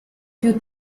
più